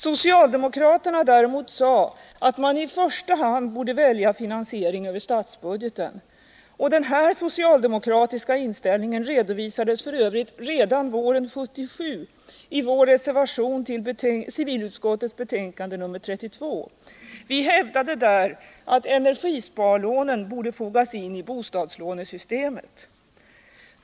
Socialdemokraterna däremot sade att man i första hand borde välja finansiering över statsbudgeten. Denna socialdemokratiska inställning redovisades f. ö. redan våren 1977 i vår reservation till civilutskottets betänkande nr 32. Vi hävdade där att energisparlånen borde fogas in i bostadslånesystemet.